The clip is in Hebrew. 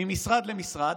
ממשרד למשרד,